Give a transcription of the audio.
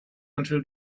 until